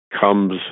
comes